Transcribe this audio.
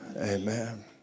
Amen